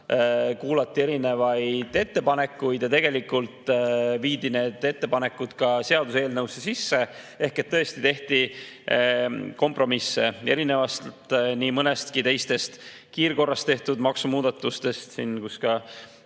kuulati erinevaid ettepanekuid ja tegelikult viidi need ettepanekud ka seaduseelnõusse sisse. Tõesti tehti kompromisse erinevalt nii mõnestki teisest kiirkorras tehtud maksumuudatusest. Ka Isamaa